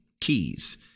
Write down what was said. keys